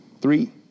three